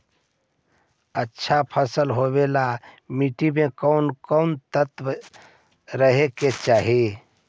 अच्छा फसल होबे ल मट्टी में कोन कोन तत्त्व रहे के चाही?